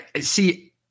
See